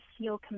feel